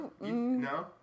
no